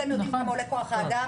האם אתם יודעים כמה עולה כוח האדם?